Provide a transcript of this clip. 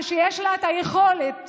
כשיש לה את היכולת